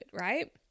right